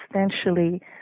substantially